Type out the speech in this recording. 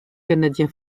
canadien